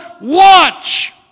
Watch